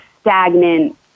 stagnant